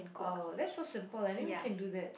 oh that's so simple anyone can do that